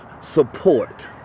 support